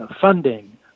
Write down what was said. funding